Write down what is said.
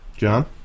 John